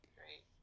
great